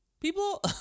People